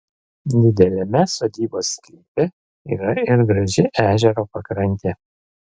dideliame sodybos sklype yra ir graži ežero pakrantė